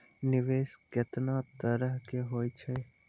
निवेश केतना तरह के होय छै?